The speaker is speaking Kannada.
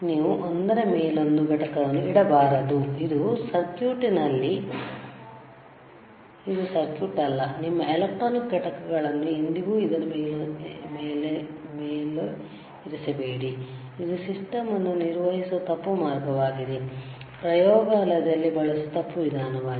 ನೀವು ಒಂದರ ಮೇಲೊಂದು ಘಟಕವನ್ನು ಇಡಬಾರದು ಇದು ಸರ್ಕ್ಯೂಟ್ ಅಲ್ಲ ನಿಮ್ಮ ಎಲೆಕ್ಟ್ರಾನಿಕ್ ಘಟಕಗಳನ್ನು ಎಂದಿಗೂ ಒಂದರ ಮೇಲೊಂದು ಇರಿಸಬೇಡಿ ಇದು ಸಿಸ್ಟಮ್ ಅನ್ನು ನಿರ್ವಹಿಸುವ ತಪ್ಪು ಮಾರ್ಗವಾಗಿದೆ ಪ್ರಯೋಗಾಲಯದಲ್ಲಿಬಳಸುವ ತಪ್ಪು ವಿಧಾನವಾಗಿದೆ